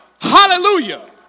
Hallelujah